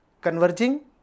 converging